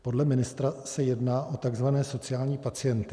Podle ministra se jedná o tzv. sociální pacienty.